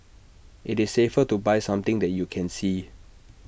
IT is safer to buy something that you can see